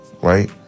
right